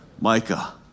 Micah